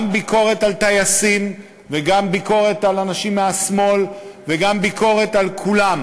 גם ביקורת על טייסים וגם ביקורת על אנשים מהשמאל וגם ביקורת על כולם,